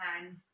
hands